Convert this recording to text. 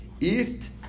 east